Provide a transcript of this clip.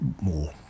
more